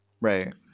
Right